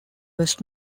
was